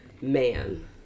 man